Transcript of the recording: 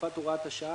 תקופת הוראת השעה),